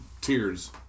tears